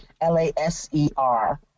l-a-s-e-r